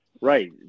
Right